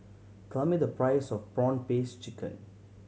tell me the price of prawn paste chicken